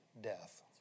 death